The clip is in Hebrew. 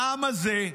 העם הזה,